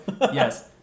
Yes